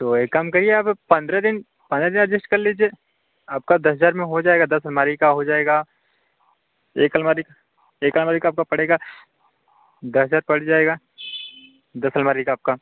तो एक काम करिए आप पंद्रह दिन पंद्रह दिन एडजस्ट कर लीजिए आपका दस हज़ार में हो जाएगा दस अलमारी का हो जाएगा एक अलमारी का एक अलमारी का आपका पड़ेगा दस हज़ार पड़ जाएगा दस अलमारी का आपका